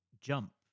jump